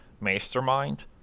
mastermind